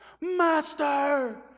Master